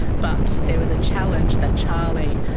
but there was a challenge that charlie,